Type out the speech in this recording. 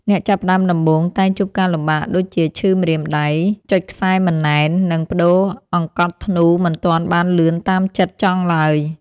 អ្នកចាប់ផ្តើមដំបូងតែងជួបការលំបាកដូចជាឈឺម្រាមដៃ ចុចខ្សែមិនណែន និង ប្តូរអង្កត់ធ្នូមិនទាន់បានលឿនតាមចិត្តចង់ឡើយ។